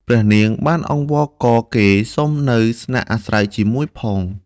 ព្រះនាង បានអង្វរករគេសុំនៅស្នាក់អាស្រ័យជាមួយផង។